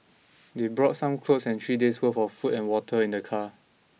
they brought some clothes and three days' worth of food and water in their car